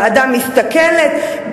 ועדה מסתכלת.